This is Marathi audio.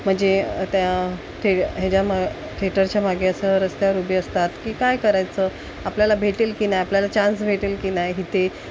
म्हणजे त्या थे ह्याच्या मा थेटरच्या मागे असं रस्त्यावर उभी असतात की काय करायचं आपल्याला भेटेल की नाही आपल्याला चान्स भेटेल की नाही इथे